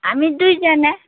हामी दुईजना